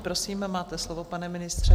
Prosím, máte slovo, pane ministře.